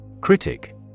Critic